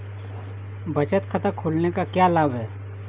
बचत खाता खोलने के क्या लाभ हैं?